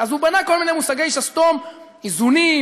אז הוא בנה כל מיני מושגי שסתום: איזונים,